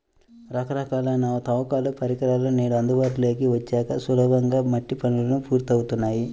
రకరకాలైన తవ్వకాల పరికరాలు నేడు అందుబాటులోకి వచ్చాక సులభంగా మట్టి పనులు పూర్తవుతున్నాయి